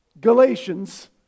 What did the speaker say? Galatians